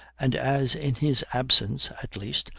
and as in his absence, at least,